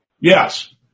Yes